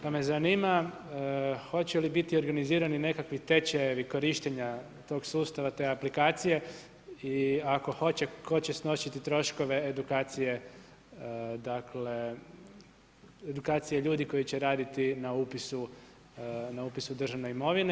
Pa me zanima, hoće li biti organizirani nekakvi tečajevi korištenja tog sustava, te aplikacije i ako hoće, tko će snositi troškove edukacije dakle, edukacije ljudi koji će raditi na upisu državne imovine.